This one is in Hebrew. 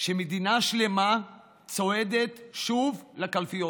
שמדינה שלמה צועדת שוב לקלפיות.